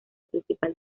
principal